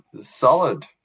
solid